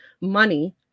money